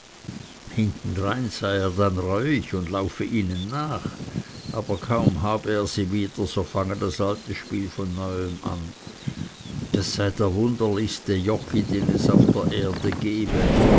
sei er dann reuig und laufe ihnen nach aber kaum habe er sie wieder so fange das alte spiel von neuem an das sei der wunderlichste joggi den es auf der erde gebe